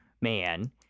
man